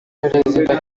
perezida